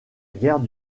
guerre